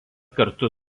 kartu